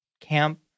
camp